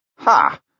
Ha